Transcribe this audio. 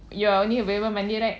you are only available monday right